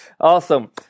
Awesome